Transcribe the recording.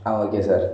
ah okay sir